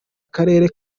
akarere